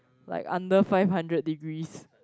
like under five hundred degrees